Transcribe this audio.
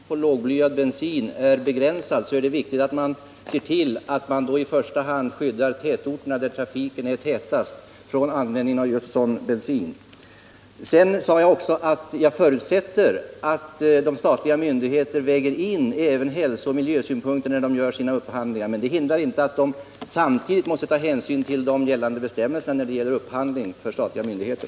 Herr talman! Mitt senaste inlägg står inte på något sätt i motsatsförhållande till mitt första. Om den totala tillgången till lågblybensin är otillräcklig, är det viktigt att man ser till att i första hand skydda tätorterna, där trafiken är tätast, från användnirfg av bensin med hög blyhalt. Jag sade också att jag förutsätter att de statliga myndigheterna väger in även hälsooch miljösynpunkter när de gör sina upphandlingar. Men det hindrar inte att de samtidigt måste ta hänsyn till gällande bestämmelser när det gäller upphandlingen för statliga myndigheter.